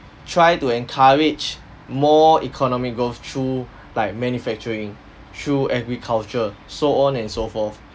try to encourage more economic growth through like manufacturing through agriculture so on and so forth